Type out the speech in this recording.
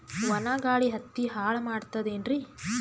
ಒಣಾ ಗಾಳಿ ಹತ್ತಿ ಹಾಳ ಮಾಡತದೇನ್ರಿ?